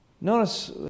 notice